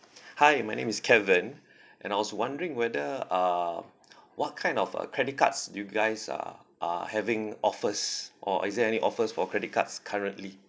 hi my name is kevin and I was wondering whether uh what kind of uh credit cards do you guys are are having offers or is there any offers for credit cards currently